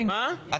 לא.